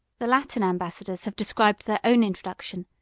the latin ambassadors have described their own introduction,